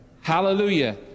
Hallelujah